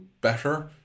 better